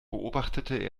beobachtete